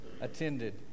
attended